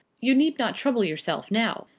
you need not trouble yourself now.